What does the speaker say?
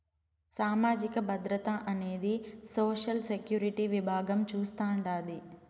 సామాజిక భద్రత అనేది సోషల్ సెక్యూరిటీ విభాగం చూస్తాండాది